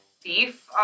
thief